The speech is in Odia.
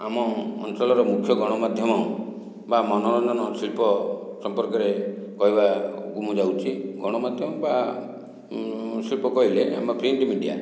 ଆମ ଅଞ୍ଚଳର ମୁଖ୍ୟ ଗଣମାଧ୍ୟମ ବା ମନୋରଞ୍ଜନ ଶିଳ୍ପ ସମ୍ପର୍କରେ କହିବାକୁ ମୁଁ ଯାଉଛି ଗଣମାଧ୍ୟମ ବା ଶିଳ୍ପ କହିଲେ ଆମ ପ୍ରିଣ୍ଟ ମିଡ଼ିଆ